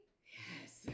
Yes